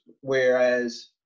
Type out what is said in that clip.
whereas